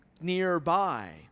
nearby